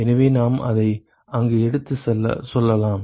எனவே நாம் அதை அங்கு எடுத்துச் செல்லலாம்